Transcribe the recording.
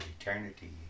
eternity